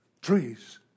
trees